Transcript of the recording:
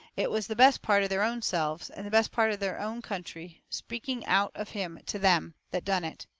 it was the best part of their own selves, and the best part of their own country, speaking out of him to them, that done it.